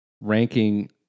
ranking